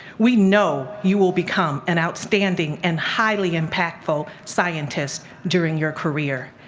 we know you will become an outstanding and highly impactful scientist during your career.